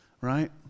right